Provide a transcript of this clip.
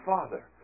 Father